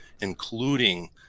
including